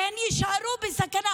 והן יישארו בסכנה,